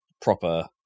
proper